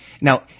Now